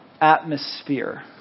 atmosphere